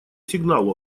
сигнал